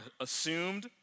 assumed